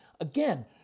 Again